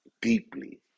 deeply